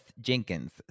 jenkins